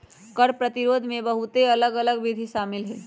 कर प्रतिरोध में बहुते अलग अल्लग विधि शामिल हइ